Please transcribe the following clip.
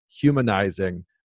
humanizing